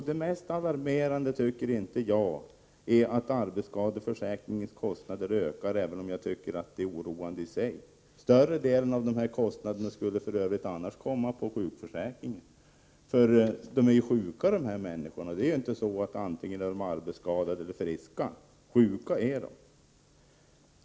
Det mest alarmerande tycker inte jag är att arbetsskadeförsäkringens kostnader ökar, även om jag finner det oroande i sig. Större delen av den kostnaden skulle för övrigt annars komma på sjukförsäkringen, för de här människorna är ju sjuka och inte antingen arbetsskadade eller friska.